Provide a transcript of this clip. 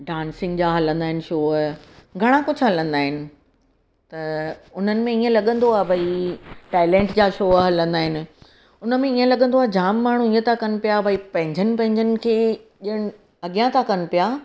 dancing जा हलंदा आहिनि शोअ घणा कुझु हलंदा आहिनि त उन्हनि में ईअं लॻंदो आहे भई टेलेंट जा शोअ हलंदा आहिनि उन में ईअं लॻंदो आहे जाम माण्हू ईअं था कनि पिया भई पंहिंजनि पंहिंजनि खे ॼणु अॻियां था कनि पिया